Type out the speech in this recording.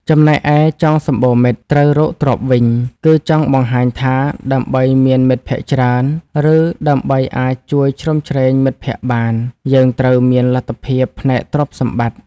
ចំណែកឯ ចង់សំបូរមិត្ត ត្រូវរកទ្រព្យ វិញ គឺចង់បង្ហាញថា ដើម្បីមានមិត្តភក្តិច្រើន ឬដើម្បីអាចជួយជ្រោមជ្រែងមិត្តភក្តិបាន យើងត្រូវមានលទ្ធភាពផ្នែកទ្រព្យសម្បត្តិ។